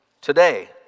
Today